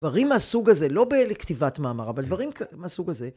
דברים מהסוג הזה, לא בכתיבת מאמר, אבל דברים מהסוג הזה